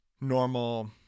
normal